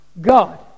God